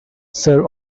sir